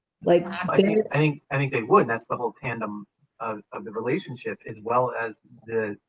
like i think i think they wouldn't that's the whole tandem of of the relationship as well as the.